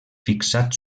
fixat